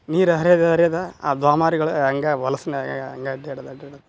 ನೀರು ಹರಿದು ಹರಿದು ಹಂಗ ಹೊಲ್ಸ್ನಾಗ ಹಂಗ ಅಡ್ಯಾಡೋದು ಅಡ್ಯಾಡೋದು